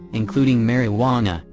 including marijuana,